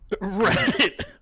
Right